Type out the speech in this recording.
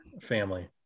family